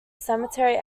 cemetery